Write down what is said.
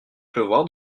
pleuvoir